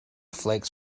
flakes